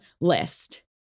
list